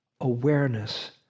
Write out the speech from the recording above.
awareness